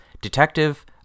detective